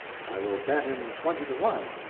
i will bet him twenty to one,